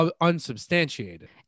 unsubstantiated